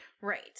Right